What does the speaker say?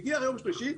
הגיעה ביום שלישי,